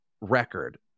record